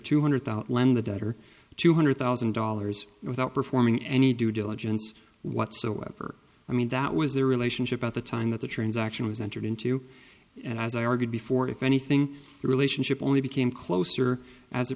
two hundred thousand the debt or two hundred thousand dollars without performing any due diligence whatsoever i mean that was the relationship at the time that the transaction was entered into and as i argued before if anything the relationship only became closer as